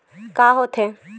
का होथे?